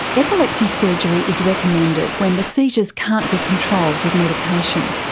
epilepsy surgery is recommended when the seizures can't be controlled with medication.